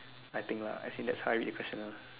I think lah as in that's how I read the question ah